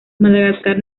madagascar